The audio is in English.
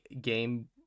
Game